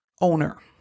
owner